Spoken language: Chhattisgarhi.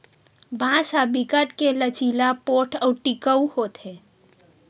बांस ह बिकट के लचीला, पोठ अउ टिकऊ होथे